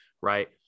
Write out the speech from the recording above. right